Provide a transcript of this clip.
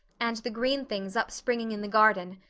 and the green things upspringing in the garden,